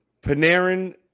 Panarin